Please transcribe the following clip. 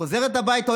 היא חוזרת הביתה,